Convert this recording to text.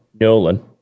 Nolan